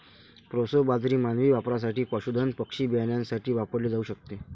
proso बाजरी मानवी वापरासाठी, पशुधन पक्षी बियाण्यासाठी वापरली जाऊ शकते